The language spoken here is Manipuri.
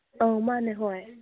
ꯑꯧ ꯃꯥꯅꯦ ꯍꯣꯏ